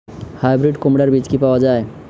Hybrid কুমড়ার বীজ কি পাওয়া য়ায়?